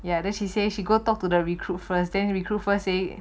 ya then she say she go talk to the recruit first then recruit first say